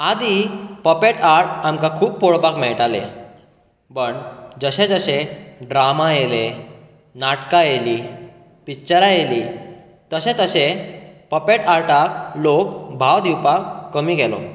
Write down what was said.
आदी puppet art आमकां खूब पळोवपाक मेळटाले पण जशें जशें ड्रामा येयले नाटकां येयली पिक्चरां येयली तशें तशें पपेट आर्टाक लोक भाव दिवपाक कमी गेलो